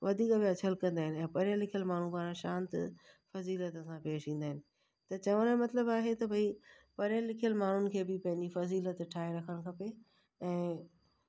वधीक पिया छलिकंदा आहिनि पढ़ियलु लिखियलु माण्हू पाण शांति फज़ीलत सां पेश ईंदा आहिनि त चवं जो मतिलबु आहे त भई पढ़ियलु लिखियलु माण्हुनि खे बि पंहिंजी फ़ज़ीलत ठाहे रखण खपे ऐं